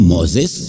Moses